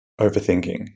overthinking